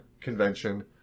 convention